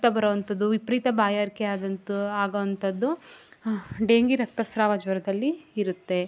ರಕ್ತ ಬರುವಂಥದ್ದು ವಿಪರೀತ ಬಾಯಾರಿಕೆ ಆಗಂತು ಆಗುವಂಥದ್ದು ಡೆಂಗಿ ರಕ್ತಸ್ರಾವ ಜ್ವರದಲ್ಲಿ ಇರುತ್ತೆ